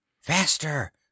Faster